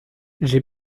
j’ai